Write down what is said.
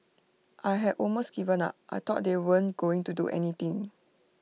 I had almost given up I thought they weren't going to do anything